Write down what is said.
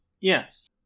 Yes